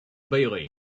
bailey